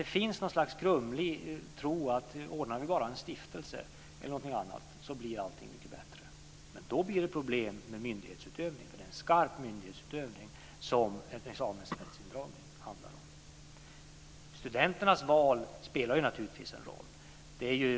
Det finns ett slags grumlig tro att ordnar vi bara en stiftelse, eller något annat, blir allting mycket bättre. Men då blir det problem med myndighetsutövningen, för det är en skarp myndighetsutövning som en examensrättsindragning handlar om. Studenternas val spelar naturligtvis en roll.